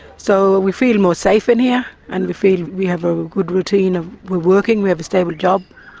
so we feel more safe in here and we feel we have a good routine, ah we're working, we have a stable job.